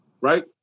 right